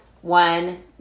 One